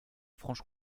franche